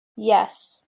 yes